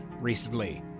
recently